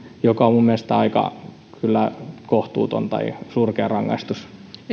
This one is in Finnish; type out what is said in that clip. on minun mielestäni kyllä aika surkea rangaistus